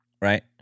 right